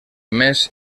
més